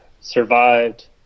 survived